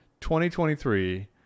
2023